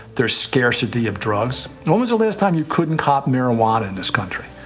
there's scarcity of drugs. when was the last time you couldn't cop marijuana in this country?